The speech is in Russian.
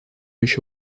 еще